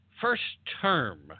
First-term